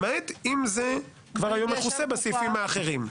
למעט אם זה כבר היום מכוסה בסעיפים האחרים.